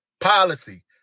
policy